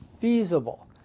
feasible